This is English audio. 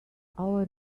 our